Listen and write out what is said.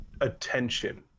attention